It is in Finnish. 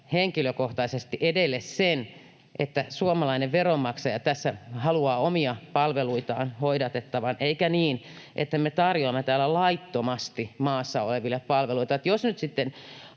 henkilökohtaisesti edelle sen, että suomalainen veronmaksaja tässä haluaa omia palveluitaan hoidatettavan, eikä niin, että me tarjoamme täällä laittomasti maassa oleville palveluita.